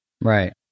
Right